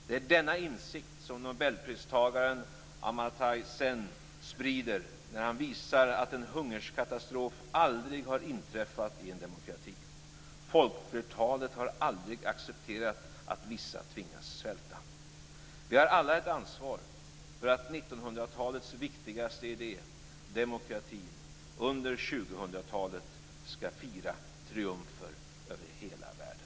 Det är denna insikt som nobelpristagaren Amartya Sen sprider när han visar att en hungerkatastrof aldrig har inträffat i en demokrati. Folkflertalet har aldrig accepterat att vissa tvingas svälta. Vi har alla ett ansvar för att 1900-talets viktigaste idé, demokratin, under 2000-talet skall fira triumfer över hela världen.